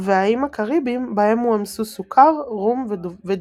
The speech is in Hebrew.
- והאיים הקאריביים - בהם הועמסו סוכר, רום ודבשה.